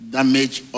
Damage